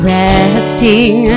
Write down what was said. resting